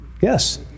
Yes